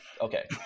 okay